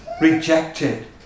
rejected